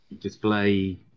display